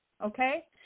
okay